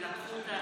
לגבי הצוללנים,